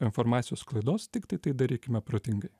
informacijos sklaidos tiktai tai darykime protingai